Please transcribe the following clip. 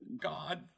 God